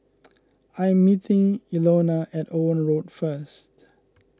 I am meeting Ilona at Owen Road first